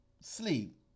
sleep